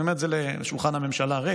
אני אומר את זה לשולחן הממשלה הריק,